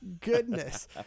goodness